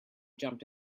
jumped